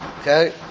Okay